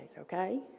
okay